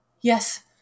Yes